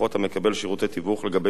שירותי תיווך לגבי עסקאות במקרקעין.